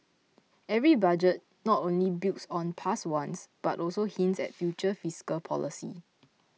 every budget not only builds on past ones but also hints at future fiscal policy